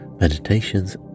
meditations